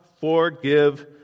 forgive